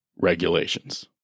regulations